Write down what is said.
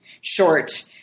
short